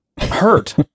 hurt